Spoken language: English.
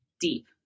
Deep